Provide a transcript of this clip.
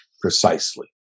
Precisely